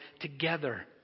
together